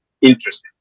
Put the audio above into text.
interesting